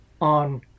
on